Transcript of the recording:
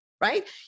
right